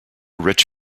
rich